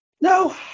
No